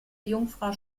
jungfrau